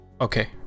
Okay